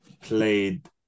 played